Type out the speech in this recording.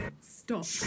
stop